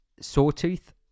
Sawtooth